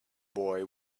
boy